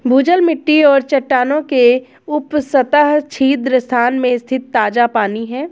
भूजल मिट्टी और चट्टानों के उपसतह छिद्र स्थान में स्थित ताजा पानी है